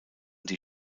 die